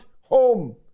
home